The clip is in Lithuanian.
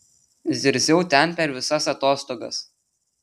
zirziau ten per visas atostogas